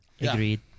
Agreed